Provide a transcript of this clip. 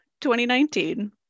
2019